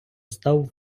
став